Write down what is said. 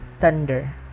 thunder